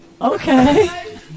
Okay